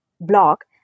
block